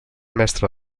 mestre